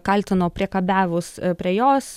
kaltino priekabiavus prie jos